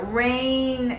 rain